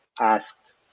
asked